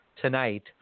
tonight